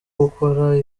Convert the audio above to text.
gukora